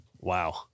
Wow